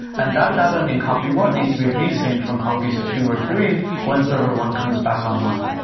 and that data and in copy one needs to be re-sync from copies two or three once server one comes back online.